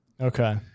Okay